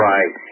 Right